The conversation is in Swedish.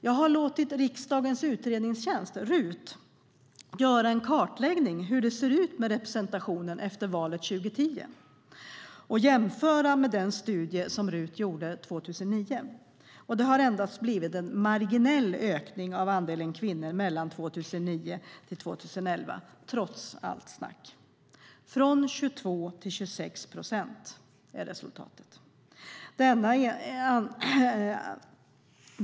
Jag har låtit riksdagens utredningstjänst, RUT, göra en kartläggning av hur det ser ut med representationen efter valet 2010 och jämfört med den studie som RUT gjorde 2009. Det har blivit endast en marginell ökning av andelen kvinnor mellan 2009 och 2011 trots allt snack - från 22 till 26 procent. Det är resultatet.